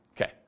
Okay